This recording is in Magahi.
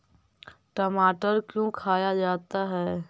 टमाटर क्यों खाया जाता है?